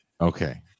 Okay